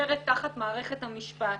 חופרת תחת מערכת המשפט.